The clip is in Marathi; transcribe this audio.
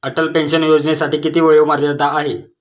अटल पेन्शन योजनेसाठी किती वयोमर्यादा आहे?